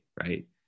right